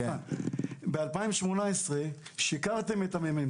ב-2018 שיקרתם לממ"מ.